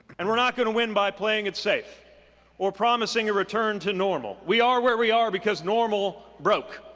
and we're not going to win by playing it safe or promising a return to normal. we are where we are because normal broke.